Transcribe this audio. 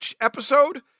episode